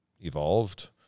evolved